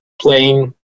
playing